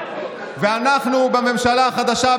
אנחנו בממשלה החדשה,